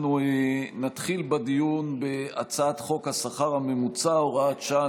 אנחנו נתחיל בדיון בהצעת חוק השכר הממוצע (הוראת שעה,